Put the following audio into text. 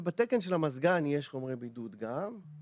זה בתקן של המזגן יש חומרי בידוד גם,